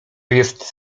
jest